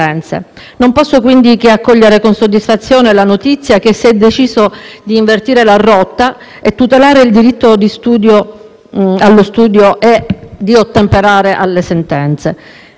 Non posso quindi che accogliere con soddisfazione la notizia che si è deciso di invertire la rotta, di tutelare il diritto allo studio e di ottemperare alle sentenze.